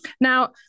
Now